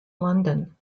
london